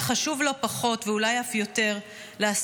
אך חשוב לא פחות ואולי אף יותר לעסוק